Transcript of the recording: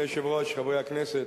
אדוני היושב-ראש, חברי הכנסת,